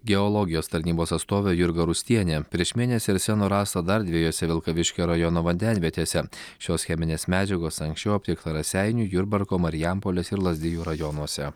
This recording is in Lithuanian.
geologijos tarnybos atstovė jurga rustienė prieš mėnesį arseno rasta dar dviejose vilkaviškio rajono vandenvietėse šios cheminės medžiagos anksčiau aptikta raseinių jurbarko marijampolės ir lazdijų rajonuose